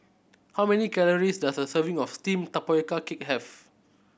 how many calories does a serving of steamed tapioca cake have